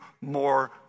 more